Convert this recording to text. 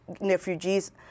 refugees